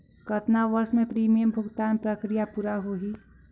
कतना वर्ष मे प्रीमियम भुगतान प्रक्रिया पूरा होही?